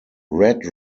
red